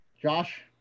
josh